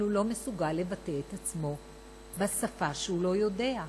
אבל הוא לא מסוגל לבטא את עצמו בשפה שהוא לא יודע.